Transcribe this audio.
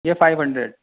یہ five hundred